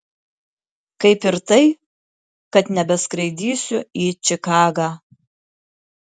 kaip ir tai kad nebeskraidysiu į čikagą